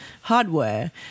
hardware